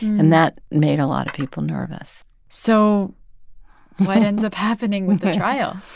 and that made a lot of people nervous so what ends up happening with the trial?